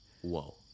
Whoa